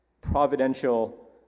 providential